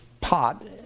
pot